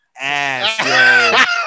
ass